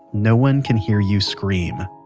no one can hear you scream.